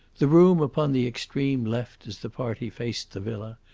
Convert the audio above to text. the room upon the extreme left, as the party faced the villa,